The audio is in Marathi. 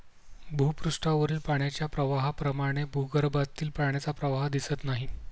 भूपृष्ठावरील पाण्याच्या प्रवाहाप्रमाणे भूगर्भातील पाण्याचा प्रवाह दिसत नाही